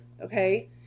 okay